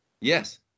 Yes